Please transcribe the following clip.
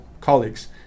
colleagues